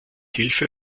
hilfe